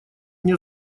мне